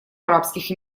арабских